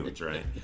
right